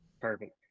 Perfect